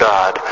God